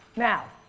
now,